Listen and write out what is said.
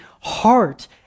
heart